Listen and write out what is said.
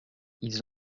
ils